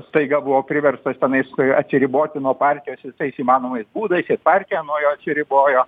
staiga buvo priverstas tenais atsiriboti nuo partijos visais įmanomais būdais ir partija nuo jo atsiribojo